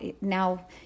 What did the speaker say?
now